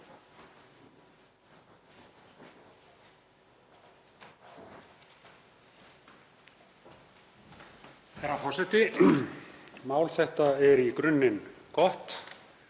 Herra forseti. Mál þetta er í grunninn gott.